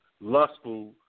lustful